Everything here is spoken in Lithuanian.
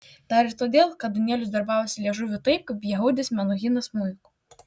dar ir todėl kad danielius darbavosi liežuviu taip kaip jehudis menuhinas smuiku